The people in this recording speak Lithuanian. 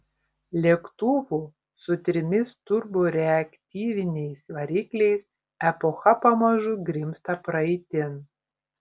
lėktuvų su trimis turboreaktyviniais varikliais epocha pamažu grimzta praeitin